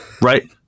right